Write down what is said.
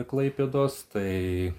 klaipėdos tai